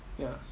ya